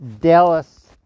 Dallas